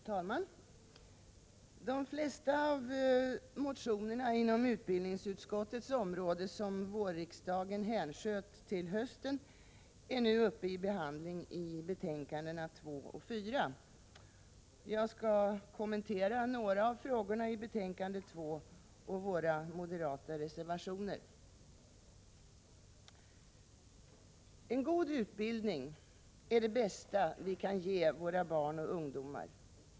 Herr talman! De flesta av de motioner inom utbildningsutskottets område som vårriksdagen hänsköt till hösten är nu uppe till behandling i betänkande na 2 och 4. Jag skall kommentera några av frågorna i betänkande 2 och våra moderata reservationer. En god utbildning är det bästa vi kan ge våra barn och ungdomar.